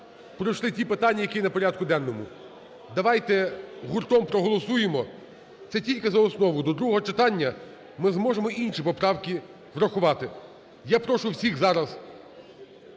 пройшли ті питання, які на порядку денному, давайте гуртом проголосуємо це тільки за основу, до другого читання ми зможемо інші поправки врахувати. Я прошу всіх зараз